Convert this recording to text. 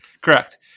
Correct